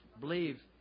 believe